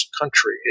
country